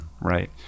right